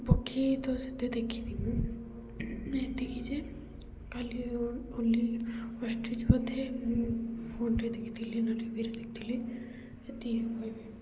ପକ୍ଷୀ ତ ସେତେ ଦେଖିନି ମୁଁ ମାନେ ଏତିକି ଯେ କାଲି ଓଲି ଓଷ୍ଟ୍ରିଜ୍ ବୋଧେ ମୁଁ ଫୋନ୍ରେ ଦେଖିଥିଲି ନା ଟିଭିରେ ଦେଖିଥିଲି ଏତିକି ମୁଁ କହି ପାରିବି